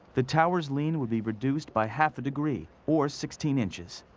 the tower's lean would be reduced by half a degree, or sixteen inches.